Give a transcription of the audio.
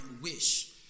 wish